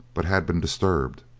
but had been disturbed.